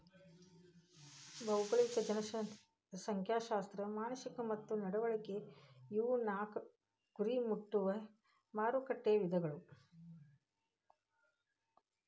ಭೌಗೋಳಿಕ ಜನಸಂಖ್ಯಾಶಾಸ್ತ್ರ ಮಾನಸಿಕ ಮತ್ತ ನಡವಳಿಕೆ ಇವು ನಾಕು ಗುರಿ ಮಾರಕಟ್ಟೆ ವಿಧಗಳ